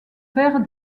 père